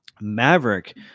Maverick